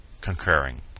concurring